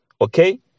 okay